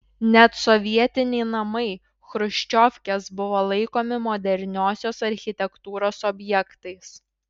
net sovietiniai namai chruščiovkės buvo laikomi moderniosios architektūros objektais